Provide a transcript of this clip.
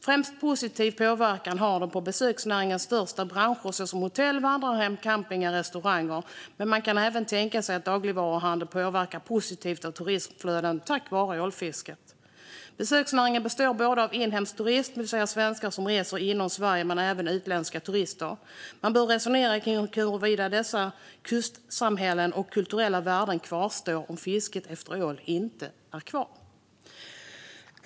Främst positiv påverkan har det på besöksnäringarnas största branscher såsom hotell, vandrarhem, campingar och restauranger, men man kan även tänka sig att dagligvaruhandeln påverkas positivt av turismflödet tack vare ålfisket. Besöksnäringen består både av inhemsk turism, det vill säga svenskar som reser inom Sverige, och av utländska turister. Man bör resonera kring huruvida dessa kustsamhällen och kulturella värden kvarstår om fisket efter ål inte finns kvar.